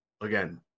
Again